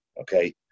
Okay